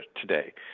today